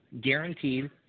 guaranteed